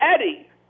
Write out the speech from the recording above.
Eddie